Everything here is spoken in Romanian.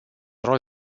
rol